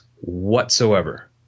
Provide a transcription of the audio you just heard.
whatsoever